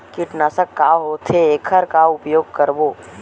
कीटनाशक का होथे एखर का उपयोग करबो?